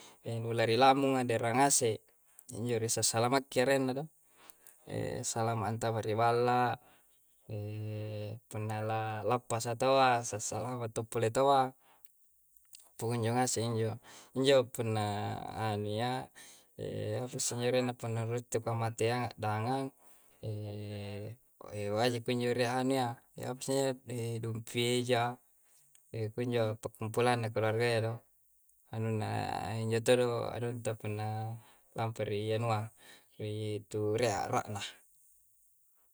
mulare lamu'a daera ngase injo desa salamakerrena do. salamanta bare balla, punnala' lappa satoa, sasalawatoppale towwa. Punyyo aseng injo, injo punna ania apusu' nyoenna panaruttu kamate anga' danga waja injo re' anu'yya, apa siyya dumpieja kunjo po pullana keluargaya do' anunna, anunna injo toro anunta punnaa lamperi anuyaa wii to re' rahna.